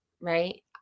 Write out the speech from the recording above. right